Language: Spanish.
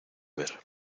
ver